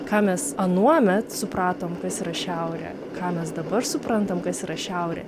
ką mes anuomet supratom kas yra šiaurė ką mes dabar suprantam kas yra šiaurė